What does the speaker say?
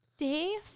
Day